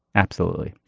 absolutely.